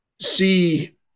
see